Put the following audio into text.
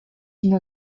une